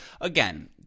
again